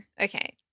Okay